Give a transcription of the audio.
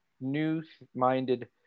new-minded